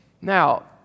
Now